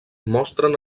mostren